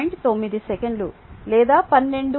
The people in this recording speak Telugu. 9 s లేదా12